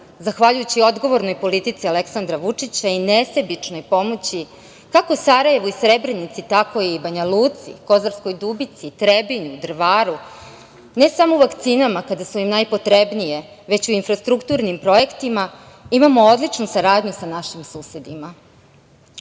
zahvaljujući odgovornoj politici Aleksandra Vučića i nesebičnoj pomoći kako Sarajevu i Srebrenici, tako i Banja Luci, Kozarskoj Dubici, Trebinju, Drvaru, ne samo u vakcinama kada su im najpotrebnije, već i u infrastrukturnim projektima imamo odličnu saradnju sa našim susedima. Narod